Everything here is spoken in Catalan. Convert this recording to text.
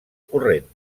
corrent